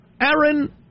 Aaron